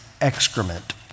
excrement